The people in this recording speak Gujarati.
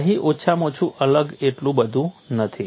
અહીં ઓછામાં ઓછું અલગ એટલું બધું નથી